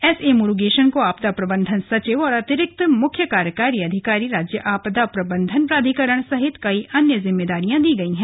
S A Murugesan को आपदा प्रबंधन सचिव और अतिरिक्त मुख्य कार्यकारी अधिकारी राज्य आपदा प्रबंधन प्राधिकरण सहित कई अन्य जिम्मेदारियाँ दी गई हैं